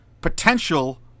Potential